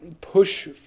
push